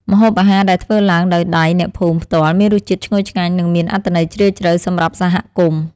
ម្ហូបអាហារដែលធ្វើឡើងដោយដៃអ្នកភូមិផ្ទាល់មានរសជាតិឈ្ងុយឆ្ងាញ់ និងមានអត្ថន័យជ្រាលជ្រៅសម្រាប់សហគមន៍។